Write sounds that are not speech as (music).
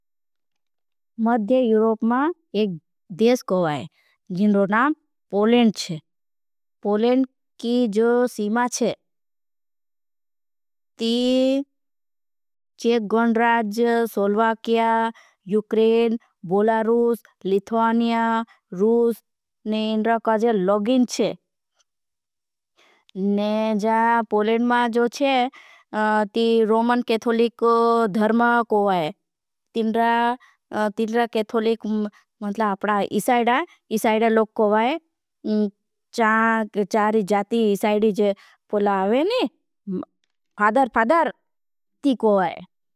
मध्य Europe मा एक देश कोई, जिनरो नाम पोलेंड छे पोलेंड की जो। सीमा छे ती चेक गौनराज, सौल्वाकिया, यूक्रेन, बोलारूस। लिथ्वानिया रूस ने इनरा काजे लोगिन छे पोलेंड मा जो चे। ती रोमन केथोलिक धर्म कोई तिन्रा केथोलिक मतलब। आपडा इसाइडा इसाइडा लोग कोई। चारी जाती इसाइडी। पोला आवे ने (hesitation) पादर पादर ती कोई।